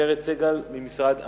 ולעורך-דין פרץ סגל ממשרד המשפטים.